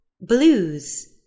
blues